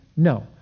No